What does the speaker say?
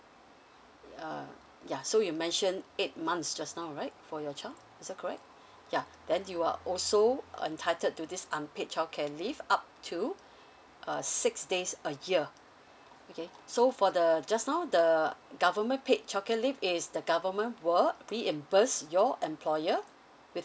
uh ya so you mentioned eight months just now right for your child is that correct ya then you are also entitled to this unpaid childcare leave up to uh six days a year okay so for the just now the government paid childcare leave is the government will reimburse your employer with